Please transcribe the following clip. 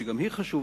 שגם היא חשובה,